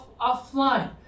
offline